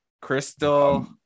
Crystal